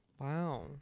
Wow